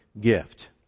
gift